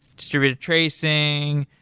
distributed tracing,